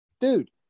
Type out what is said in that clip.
dude